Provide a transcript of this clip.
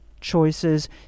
choices